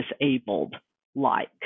disabled-like